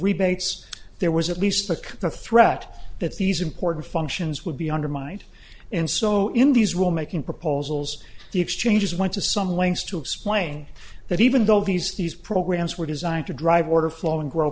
rebates there was at least a cut the threat that these important functions would be undermined and so in these will making proposals the exchanges went to some lengths to explain that even though these these programs were designed to drive order flow and grow